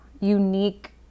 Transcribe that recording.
unique